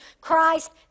Christ